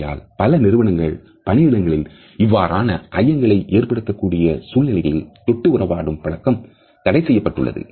ஆகையால் பல நிறுவனங்கள் பணியிடங்களில் இவ்வாறான ஐயங்களை ஏற்படுத்தக்கூடிய சூழல்களில் தொட்டு உறவாடும் பழக்கம் தடைசெய்யப்பட்டுள்ளது